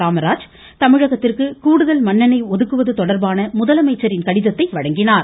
காமராஜ் தமிழகத்திற்கு கூடுதல் மண்ணெண்ணெய் ஒதுக்குவது தொடர்பான முதலமைச்சரின் கடிதத்தை சமர்ப்பித்தார்